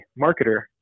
marketer